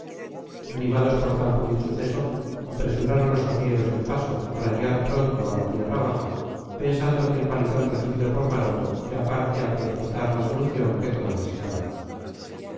animados por tan feliz suceso apresuraron los arrieros el paso para llegar pronto a la tierra baja pensando que el palizón recibido por maroto era parte a precipitar la solución que todos deseaban